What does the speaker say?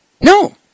No